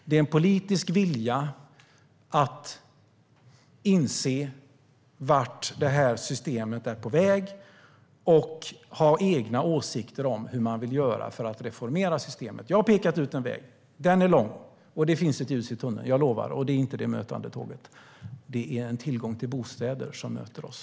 Det är en politisk vilja att inse vart systemet är på väg och ha egna åsikter om hur man vill göra för att reformera systemet. Jag har pekat ut en väg. Den är lång, och det finns ett ljus i tunneln. Jag lovar! Det är inte det mötande tåget. Det är en tillgång till bostäder som möter oss.